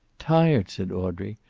tired! said audrey.